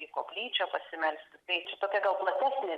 į koplyčią pasimelsti tai čia tokia gal platesnė